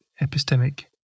epistemic